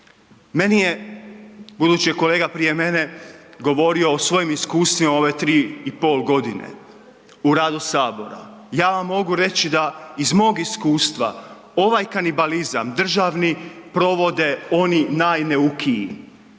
Meni je, budući je kolega prije mene govorio o svojim iskustvima u ove tri i pol godine u radu Sabora, ja vam mogu reći da iz mog iskustva ovaj kanibalizam državni provode oni najneukiji.